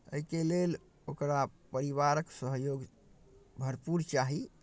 एहिके लेल ओकरा परिवारक सहयोग भरपूर चाही